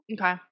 Okay